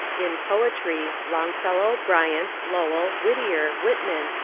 in poetry longfellow, bryant, lowell, whit tier, whitman,